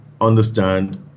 understand